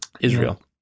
israel